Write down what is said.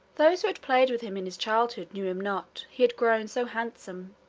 those who had played with him in his childhood knew him not, he had grown so handsome.